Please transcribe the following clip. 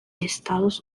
estados